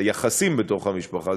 היחסים בתוך המשפחה,